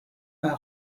bei